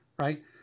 right